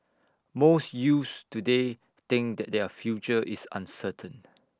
most youths today think that their future is uncertain